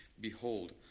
Behold